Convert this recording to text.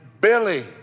Billy